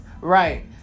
right